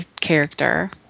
character